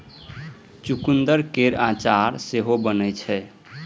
चुकंदर केर अचार सेहो बनै छै